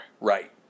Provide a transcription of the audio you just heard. Right